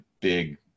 big